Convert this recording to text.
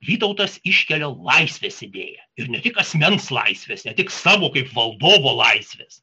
vytautas iškelia laisvės idėją ir ne tik asmens laisvės ne tik savo kaip valdovo laisvės